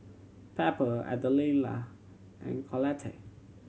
Pepper Ardella and Collette